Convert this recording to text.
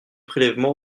prélèvements